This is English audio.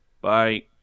Bye